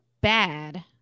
bad